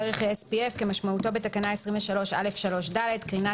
"ערך ה-SPF" כמשמעותו בתקנה 23(א)(3)(ד); "קרינת